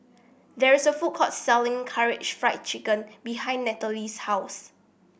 there is a food court selling Karaage Fried Chicken behind Nathaly's house